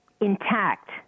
intact